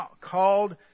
called